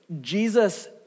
Jesus